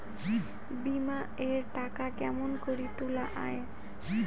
বিমা এর টাকা কেমন করি তুলা য়ায়?